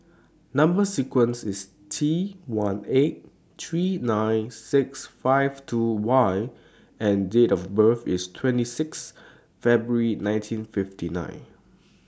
Number sequence IS T one eight three nine six five two Y and Date of birth IS twenty six February nineteen fifty nine